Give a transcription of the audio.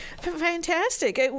fantastic